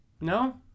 No